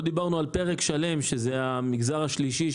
לא דיברנו על פרק שלם שזה המגזר השלישי,